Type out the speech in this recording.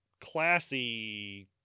classy